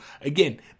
Again